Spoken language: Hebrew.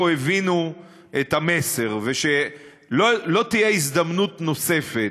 הבינו את המסר ושלא תהיה הזדמנות נוספת.